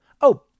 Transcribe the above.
Oh